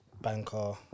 banker